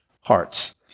hearts